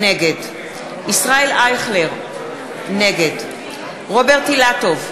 נגד ישראל אייכלר, נגד רוברט אילטוב,